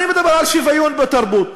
אני מדבר על שוויון בתרבות,